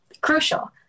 crucial